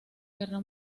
guerra